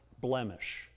blemish